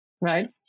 Right